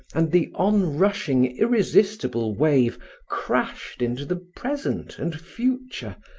and the onrushing, irresistible wave crashed into the present and future,